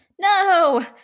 No